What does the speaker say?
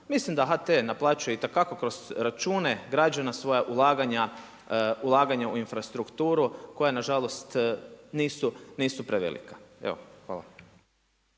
Mislim da HT naplaćuje itekako kroz račune građana svoja ulaganja u infrastrukturu koja nažalost, nisu prevelika. Evo, hvala.